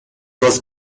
was